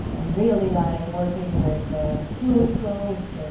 really like working with ah fluid flows,